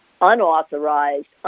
unauthorized